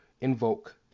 invoke